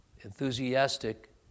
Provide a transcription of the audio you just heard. enthusiastic